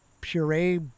puree